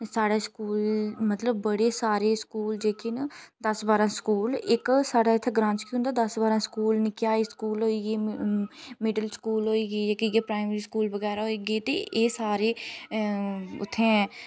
साढ़े स्कूल मतलब बड़े सारे स्कूल जेह्के न दस बारां स्कूल इक साढ़े इ'त्थें ग्रांऽ च केह् होंदा दस बारां स्कूल च नि'क्के हाई स्कूल होइये मिडिल स्कूल होइये जेह्के इ'यै प्राइमरी स्कूल बगैरा होइये ते एह् सारे उ'त्थें